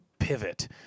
pivot